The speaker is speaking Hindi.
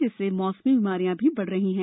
जिससे मौसमी बीमारियां भी बढ रही है